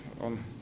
on